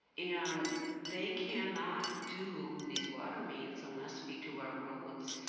and they cannot do these water mains unless we do our roads.